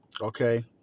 okay